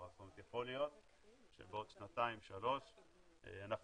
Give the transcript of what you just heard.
יכול להיות שבעוד שנתיים-שלוש אנחנו